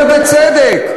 ובצדק,